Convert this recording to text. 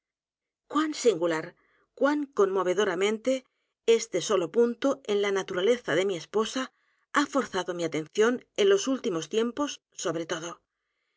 cuan singular cuan conmovedoramente este solo punto en la naturaleza de mi esposa ha forzado mi atención en los últimos tiempos sobre todo